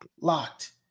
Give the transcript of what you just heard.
locked